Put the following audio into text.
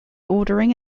ordering